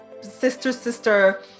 sister-sister